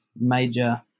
major